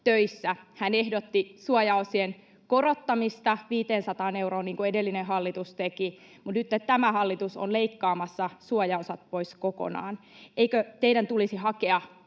Hän ehdotti suojaosien korottamista 500 euroon, niin kuin edellinen hallitus teki, mutta nytten tämä hallitus on leikkaamassa suojaosat pois kokonaan. Eikö teidän tulisi hakea